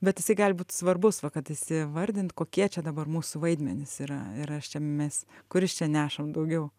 bet jisai gali būt svarbus va kad esi vardint kokie čia dabar mūsų vaidmenys yra ir ar čia mes kuris čia nešam daugiau